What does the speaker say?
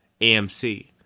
AMC